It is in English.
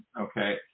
okay